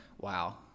Wow